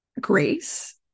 grace